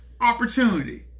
opportunity